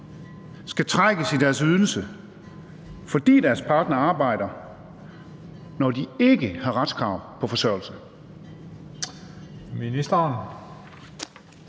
skal trækkes i deres ydelse, fordi deres partner arbejder, når de ikke har retskrav på forsørgelse?